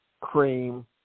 Cream